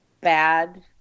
bad